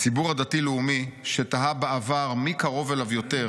הציבור הדתי-לאומי, שתהה בעבר מי קרוב אליו יותר,